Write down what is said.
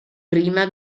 prima